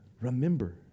Remember